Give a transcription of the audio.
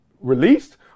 released